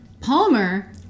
Palmer